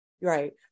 Right